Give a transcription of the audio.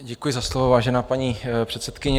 Děkuji za slovo, vážená paní předsedkyně.